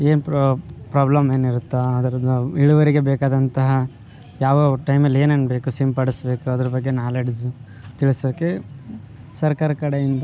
ಏನು ಪ್ರಾಬ್ಲಮ್ ಏನು ಇರುತ್ತೆ ಅದ್ರದು ಇಳುವರಿಗೆ ಬೇಕಾದಂತಹ ಯಾವ ಯಾವ ಟೈಮಲ್ಲಿ ಏನೇನು ಬೇಕು ಸಿಂಪಡಿಸಬೇಕು ಅದರ ಬಗ್ಗೆ ನಾಲೇಡ್ಜ್ ತಿಳಿಸೋಕೆ ಸರ್ಕಾರ ಕಡೆಯಿಂದ